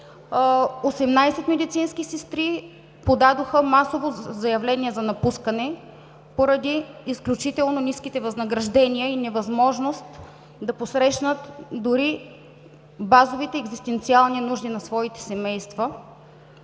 18 медицински сестри подадоха масово заявления за напускане поради изключително ниските възнаграждения и невъзможност да посрещнат дори базовите екзистенциални нужди на своите семейства.